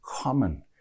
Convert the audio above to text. common